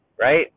right